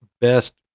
best